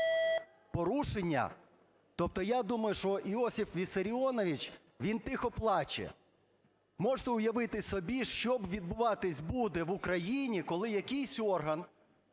порушення, тобто я думаю, що Йосиф Віссаріонович, він тихо плаче. Можете уявити собі, що відбуватись буде в Україні, коли якийсь орган,